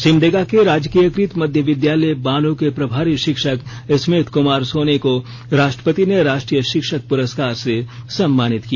सिमडेगा के राजकीयकृत मंध्य विद्यालय बानो के प्रभारी शिक्षक स्मिथ कृमार सोनी को राष्ट्रपति ने राष्ट्रीय शिक्षक पुरस्कार से सम्मानित किया